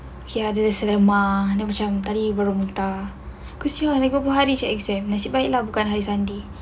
he ada selesema and then macam tadi baru muntah kesian dua hari kemudian exam nasib baik lah bukan hari sunday